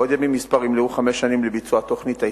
בעוד ימים מספר ימלאו חמש שנים לביצוע תוכנית ההתנתקות.